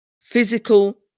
physical